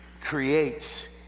creates